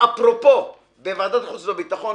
אפרופו בוועדת החוץ והביטחון,